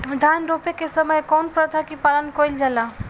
धान रोपे के समय कउन प्रथा की पालन कइल जाला?